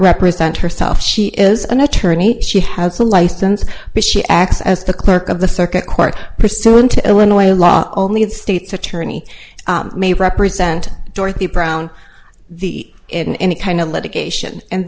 represent herself she is an attorney she has a license but she acts as the clerk of the circuit court pursuant to illinois law only and state's attorney may represent dorothy brown the in any kind of litigation and